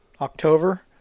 October